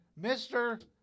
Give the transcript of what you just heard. Mr